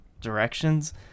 directions